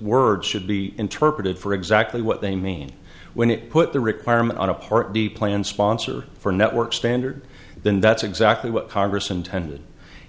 words should be interpreted for exactly what they mean when it put the requirement on a part d plan sponsor for network standard then that's exactly what congress intended